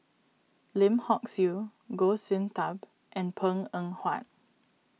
Lim Hock Siew Goh Sin Tub and Png Eng Huat